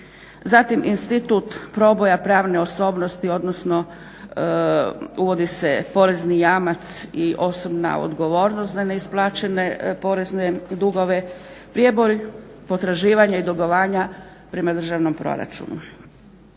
zatim institut proboja pravne osobnosti odnosno uvodi se porezni jamac i osobna odgovornost ne neisplaćene porezne dugove, prijeboj potraživanja i dugovanja prema državnom proračunu.